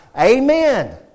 Amen